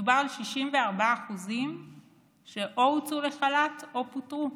מדובר על 64% שהוצאו לחל"ת או פוטרו,